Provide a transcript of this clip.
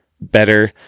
better